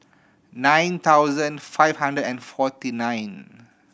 nine thousand five hundred and forty nine